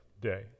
day